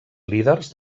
líders